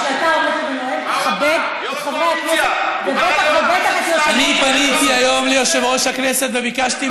מחבר הכנסת חזן אני אבקש,